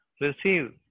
receive